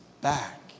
back